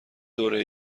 دوره